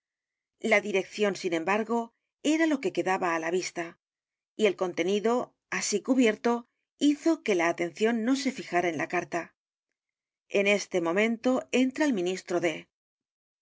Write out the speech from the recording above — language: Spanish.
a r g o era lo que quedaba á la vista y el contenido así cubierto hizo que la atención no se fijara en la carta en este momento entra el ministro d